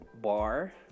bar